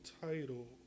title